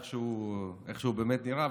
איך שהוא באמת נראה,